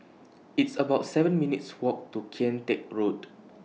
It's about seven minutes' Walk to Kian Teck Road